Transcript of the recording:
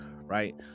Right